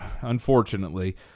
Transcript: unfortunately